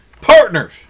Partners